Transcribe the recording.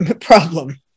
problem